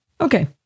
Okay